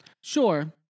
Sure